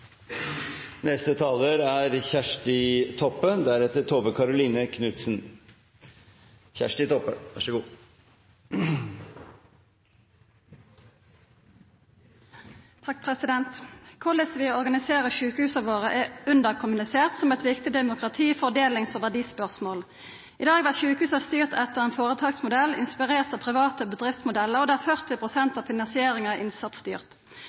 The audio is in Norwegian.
Korleis vi organiserer sjukehusa våre, er underkommunisert som eit viktig demokrati-, fordelings- og verdispørsmål. I dag vert sjukehusa styrte etter ein føretaksmodell inspirert av private bedriftsmodellar, og der 40 pst. av finansieringa er innsatsstyrt.